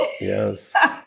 Yes